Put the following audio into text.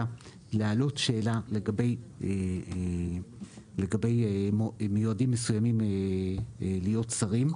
להעלות שאלה לגבי מועמדים מסוימים להיות שרים.